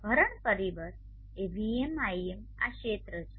ભરણ પરિબળ એ Vm Im આ ક્ષેત્ર છે